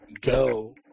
Go